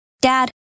Dad